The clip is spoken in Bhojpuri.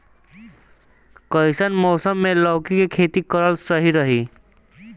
कइसन मौसम मे लौकी के खेती करल सही रही?